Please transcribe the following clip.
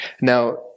Now